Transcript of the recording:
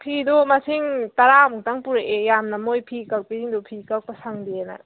ꯐꯤꯗꯣ ꯃꯁꯤꯡ ꯇꯔꯥꯃꯨꯛꯇꯪ ꯄꯨꯔꯛꯑꯦ ꯌꯥꯝꯅ ꯃꯣꯏ ꯐꯤ ꯀꯛꯄꯤꯁꯤꯡꯗꯣ ꯐꯤ ꯀꯛꯄ ꯁꯪꯗꯦꯅ